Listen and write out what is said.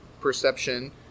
perception